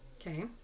Okay